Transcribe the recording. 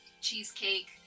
cheesecake